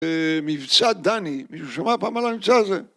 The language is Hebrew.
מבצע דני, מישהו שמע פעם על המבצע הזה?